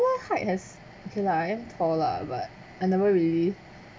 height has okay lah I am tall lah but I never really